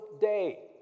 day